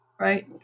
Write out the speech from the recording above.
right